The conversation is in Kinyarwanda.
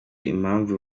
impamvu